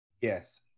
Yes